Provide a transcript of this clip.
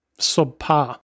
subpar